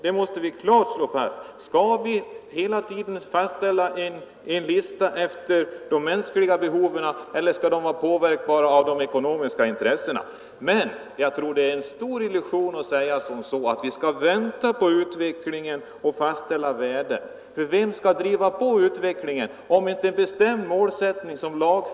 Vi måste klart slå fast, om vi vill ställa upp en lista efter de mänskliga behoven eller om värdena skall kunna påverkas av ekonomiska intressen. Jag tror att det är en stor illusion att tro att vi skall kunna vänta på utvecklingen innan vi fastställer värdena. Vad skall driva på utvecklingen, om inte en bestämd målsättning som finns lagfäst?